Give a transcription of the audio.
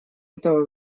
этого